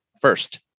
first